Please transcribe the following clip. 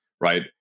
right